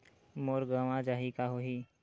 मोर गंवा जाहि का होही?